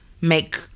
make